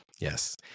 Yes